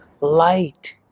light